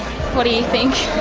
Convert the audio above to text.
what do you think?